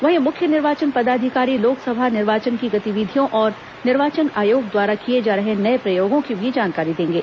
वहीं मुख्य निर्वाचन पदाधिकारी लोकसभा निर्वाचन की गतिविधियों और निर्वाचन आयोग द्वारा किए जा रहे नए प्रयोगों की भी जानकारी देंगे